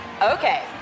Okay